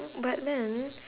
but then